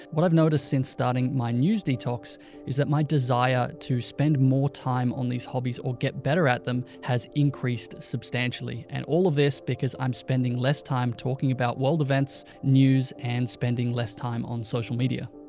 what i've noticed since starting my news detox is that my desire to spend more time on these hobbies or get better at them has increased substantially, and all of this because i'm spending less time talking about world events, news, and spending less time on social media.